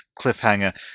cliffhanger